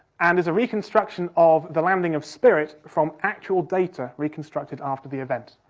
and is a reconstruction of the landing of spirit from actual data reconstructed after the event.